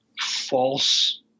false